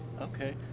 Okay